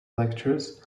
lectures